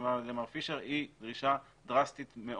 שנאמר על ידי מר פישר, היא דרישה דרסטית מאוד.